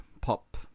pop